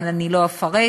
אבל אני לא אפרט.